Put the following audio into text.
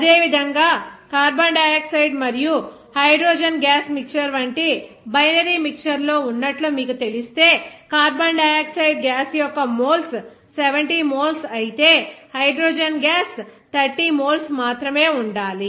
అదేవిధంగా carbon dioxide మరియు hydrogen gas mixture వంటి బైనరీ మిక్చర్ లో ఉన్నట్లు మీకు తెలిస్తే కార్బన్ డయాక్సైడ్ గ్యాస్ యొక్క మోల్స్ 70 మోల్స్ అయితే హైడ్రోజన్ గ్యాస్ 30 మోల్స్ మాత్రమే ఉండాలి